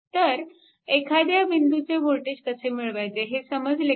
तर एखाद्या बिंदूचे वोल्टेज कसे मिळवायचे हे समजले का